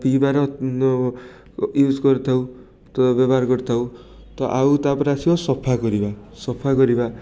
ପିଇବାରେ ୟୁଜ୍ କରିଥାଉ ତ ବ୍ୟବହାର କରିଥାଉ ତ ଆଉ ତା'ପରେ ଆସିବ ସଫା କରିବା ସଫା କରିବା